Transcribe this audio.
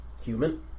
human